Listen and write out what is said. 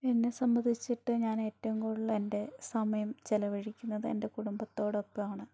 എന്നെ സംബന്ധിച്ചിട്ട് ഞാൻ ഏറ്റവും കൂടുതല് എൻ്റെ സമയം ചിലവഴിക്കുന്നത് എൻ്റെ കുടുംബത്തോടൊപ്പം ആണ്